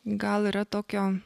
gal yra tokio